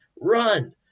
run